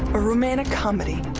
a romantic comedy,